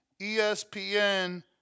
ESPN